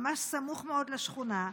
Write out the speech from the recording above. ממש סמוך מאוד לשכונה,